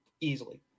easily